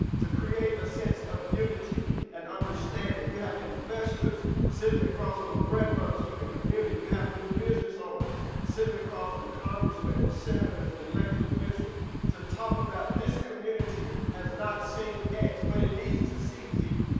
to create a sense of unity and understanding. you have investors sitting across from grandmothers from the community. you have new business owners sitting across from congressmen and senators and elected officials to talk about, this community has not seen, but it needs to see z.